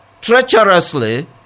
treacherously